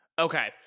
Okay